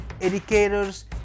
educators